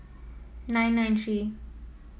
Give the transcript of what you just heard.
nine nine three